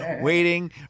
waiting